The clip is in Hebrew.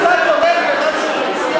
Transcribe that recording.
אתה תומך במה שהוא מציע?